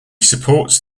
supports